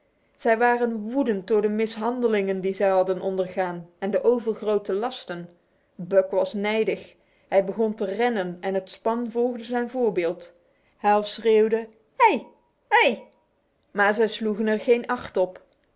zij waren woedend door de mishandelingen die zij hadden ondergaan en de overgrote lasten buck was nijdig hij begon te rennen en het span volgde zijn voorbeeld hal schreeuwde hé hé maar zij sloegen er geen acht op